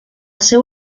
seu